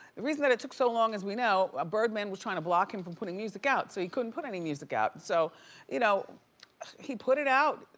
reason that it took so long as we know, birdman was trying to block him from putting music out so he couldn't put any music out. so you know he put it out.